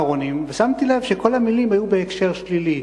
ושמתי לב שכל המלים היו בהקשר שלילי.